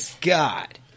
God